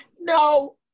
No